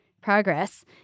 progress